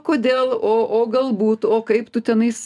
kodėl o o galbūt o kaip tu tenais